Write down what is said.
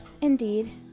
Indeed